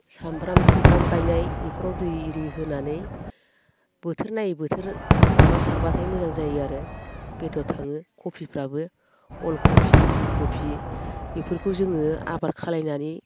सामब्राम सुमब्राम गायनाय इफोराव दै इरि होनानै बोथोर नायै बोथोर माबा सारब्लाथाय मोजां जायो आरो बेदर थाङो खबिफ्राबो अलखबि फुलखबि बेफोरखौ जोङो आबाद खालामनानै